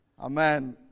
Amen